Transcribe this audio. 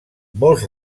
molts